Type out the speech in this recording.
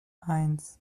eins